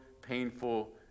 painful